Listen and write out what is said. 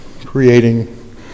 creating